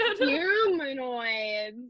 humanoid